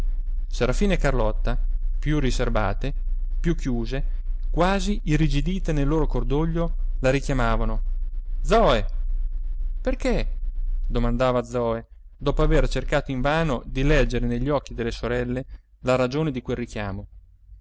orfana serafina e carlotta più riserbate più chiuse quasi irrigidite nel loro cordoglio la richiamavano zoe perché domandava zoe dopo aver cercato invano di leggere negli occhi delle sorelle la ragione di quel richiamo